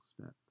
step